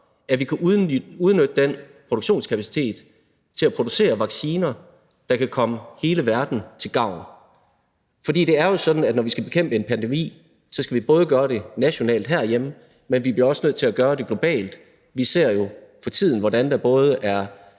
at vi kan udnytte den produktionskapacitet til at producere vacciner, der kan komme hele verden til gavn. For det er jo sådan, at når vi skal bekæmpe en pandemi, skal vi gøre det nationalt herhjemme, men vi bliver også nødt til at gøre det globalt. Vi ser for tiden, hvordan der både er